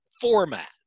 format